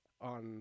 on